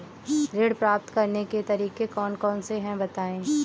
ऋण प्राप्त करने के तरीके कौन कौन से हैं बताएँ?